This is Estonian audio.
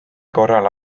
korral